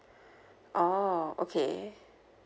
orh okay